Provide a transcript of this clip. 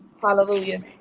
Hallelujah